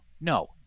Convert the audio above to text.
No